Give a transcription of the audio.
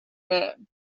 man